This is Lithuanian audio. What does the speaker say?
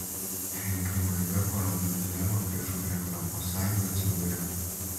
rinkimų eiga parodo dilemą prieš kurią europos sąjunga atsidūrė